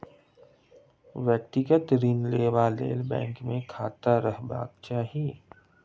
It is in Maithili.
व्यक्तिगत ऋण लेबा लेल बैंक मे खाता रहबाक चाही